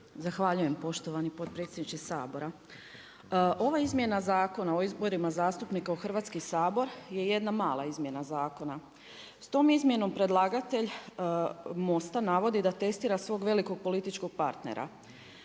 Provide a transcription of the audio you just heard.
Zahvaljujem poštovani potpredsjedniče Sabora. Ova izmjena Zakona o izborima zastupnik u Hrvatski sabor je jedna mala izmjena zakona. S tom izmjenom predlagatelj MOST-a navodi da testira svog velikog političkog partnera.